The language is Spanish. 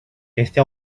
este